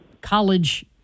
college